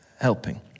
helping